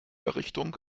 errichtung